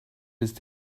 ist